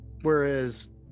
Whereas